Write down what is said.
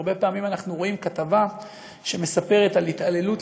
הרבה פעמים אנחנו רואים כתבה שמספרת על התעללות,